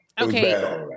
Okay